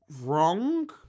wrong